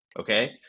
Okay